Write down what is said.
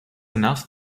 enough